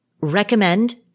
recommend